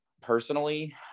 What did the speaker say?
personally